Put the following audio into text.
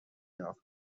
یافت